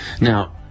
Now